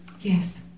Yes